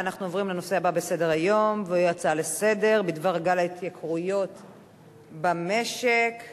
ואת הצעת חוק תגמולים לנשים השוהות במקלטים לנשים מוכות (מענק הסתגלות),